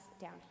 down